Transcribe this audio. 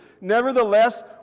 Nevertheless